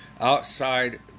outside